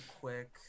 quick